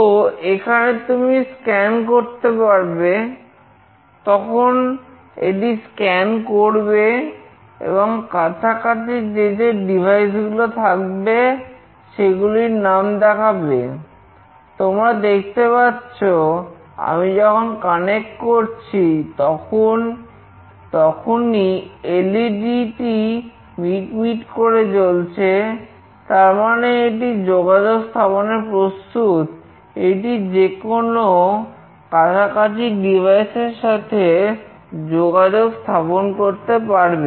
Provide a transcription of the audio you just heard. তো এখানে তুমি স্ক্যান এর সাথে যোগাযোগ স্থাপন করতে পারবে